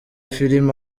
filime